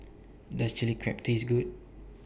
Does Chilli Crab Taste Good